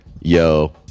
yo